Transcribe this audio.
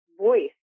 voice